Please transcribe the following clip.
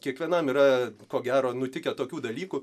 kiekvienam yra ko gero nutikę tokių dalykų